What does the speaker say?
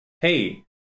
hey